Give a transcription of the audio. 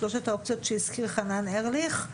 שלוש האופציות שהזכיר חנן ארליך,